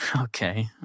Okay